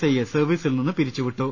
ഐയെ സർവീസിൽ നിന്ന് പിരിച്ചുവി ട്ടു